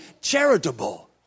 charitable